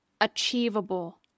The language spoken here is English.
achievable